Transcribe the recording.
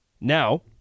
Now